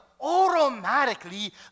Automatically